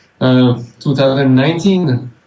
2019